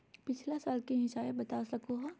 पिछला साल के हिसाब बता सको हो?